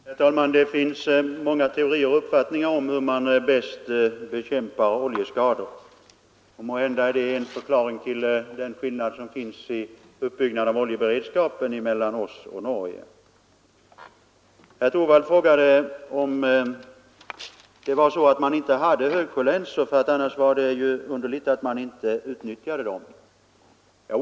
Herr talman! Det finns många teorier och uppfattningar om hur man bäst bekämpar oljeskador. Måhända är det en förklaring till den skillnad mellan Sverige och Norge som råder i fråga om uppbyggnaden av oljeberedskapen. Herr Torwald frågade om man inte hade högsjölänsor, eftersom det i annat fall vore underligt att man inte utnyttjade dem vid Jawachtaolyckan.